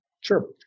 Sure